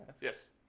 Yes